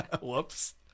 Whoops